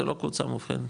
זו לא קבוצה מאובחנת.